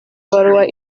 baruwa